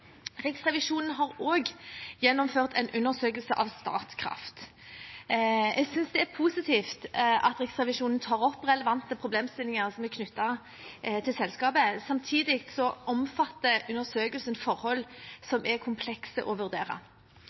Riksrevisjonen har også gjennomført en undersøkelse av Statkraft. Jeg synes det er positivt at Riksrevisjonen tar opp relevante problemstillinger som er knyttet til selskapet. Samtidig omfatter undersøkelsen forhold som er komplekse å vurdere.